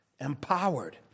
empowered